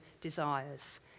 desires